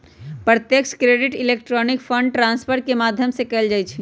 प्रत्यक्ष credit electronic fund transfer के माध्यम से कएल जाइ छइ